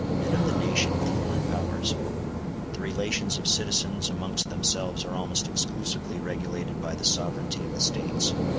and of the nation with foreign powers the relations of citizens amongst themselves are almost exclusively regulated by the sovereignty of the states.